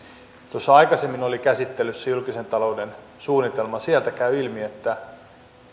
tuossa aikaisemmin oli käsittelyssä julkisen talouden suunnitelma sieltä käy ilmi että